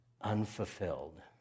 unfulfilled